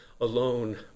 alone